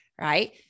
right